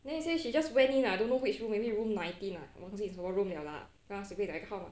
then you say she just went in ah don't know which room maybe room nineteen ah 我忘记什么 room liao lah 跟他随便讲一个号码 lah